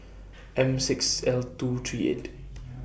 M six L two three eight